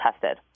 tested